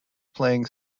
playing